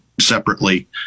separately